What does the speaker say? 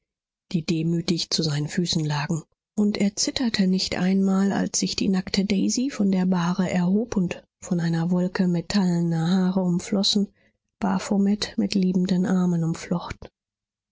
die demütig zu seinen füßen lagen und er zitterte nicht einmal als sich die nackte daisy von der bahre erhob und von einer wolke metallener haare umflossen baphomet mit liebenden armen umflocht